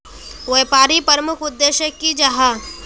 व्यापारी प्रमुख उद्देश्य की जाहा?